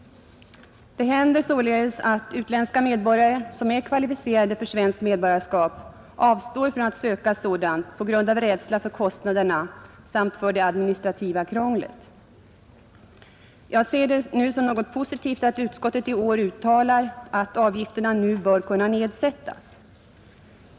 Det händer att utländska medborgare, som är kvalificerade för svenskt medborgarskap, avstår från att söka sådant på grund av rädsla för kostnaderna samt för det administrativa krånglet. Jag ser det som något positivt att utskottet i år uttalar att avgifterna nu bör kunna nedsättas.